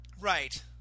right